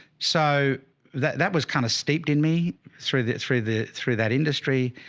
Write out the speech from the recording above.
so that, that was kind of steeped in me through the, through the, through that industry.